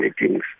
meetings